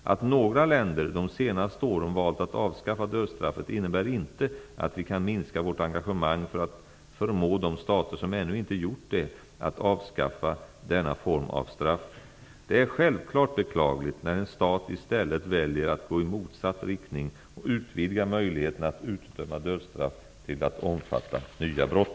Att några länder de senaste åren valt att avskaffa dödsstraffet innebär inte att vi kan minska vårt engagemang för att förmå de stater som ännu inte gjort det att avskaffa denna form av straff. Det är självklart beklagligt när en stat i stället väljer att gå i motsatt riktning och utvidgar möjligheterna att utdöma dödsstraff till att omfatta nya brott.